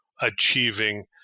achieving